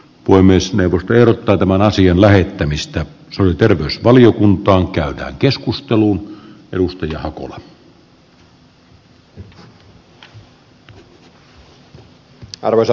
voi myös peruuttaa tämän asian lähettämistä terveysvaliokunta on käytävä arvoisa herra puhemies